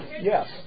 Yes